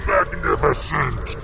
Magnificent